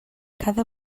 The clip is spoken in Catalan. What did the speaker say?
cada